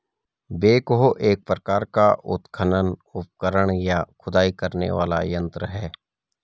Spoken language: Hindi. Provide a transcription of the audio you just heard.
बेकहो एक प्रकार का उत्खनन उपकरण, या खुदाई करने वाला यंत्र है